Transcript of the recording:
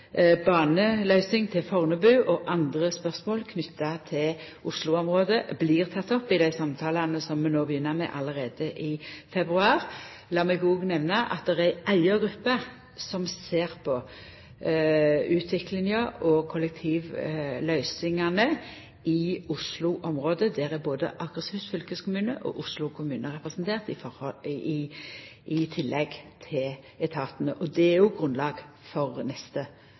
til Fornebu og andre spørsmål knytte til Oslo-området blir tekne opp i dei samtalane som vi no begynner med allereie i februar. Lat meg òg nemna at det er ei eiga gruppe som ser på utviklinga og kollektivløysingane i Oslo-området. Der er både Akershus fylkeskommune og Oslo kommune representerte i tillegg til etatane. Det er òg grunnlag for neste